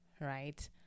right